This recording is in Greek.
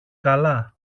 καλά